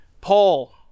Paul